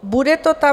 Bude to tam?